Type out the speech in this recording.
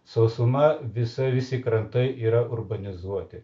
sausuma visa visi krantai yra urbanizuoti